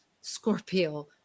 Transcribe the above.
Scorpio